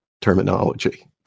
terminology